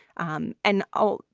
um and, oh,